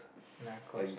Narcos